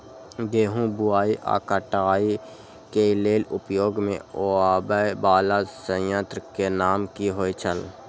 गेहूं बुआई आ काटय केय लेल उपयोग में आबेय वाला संयंत्र के नाम की होय छल?